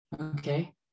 Okay